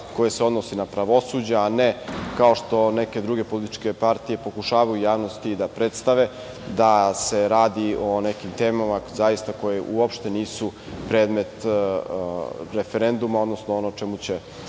koji se odnosi na pravosuđe, a ne kao što neke druge političke partije pokušavaju u javnosti da predstave, da se radi o nekim temama koje uopšte nisu predmet referenduma, odnosno ono o čemu će